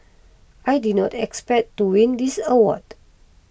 I did not expect to win this award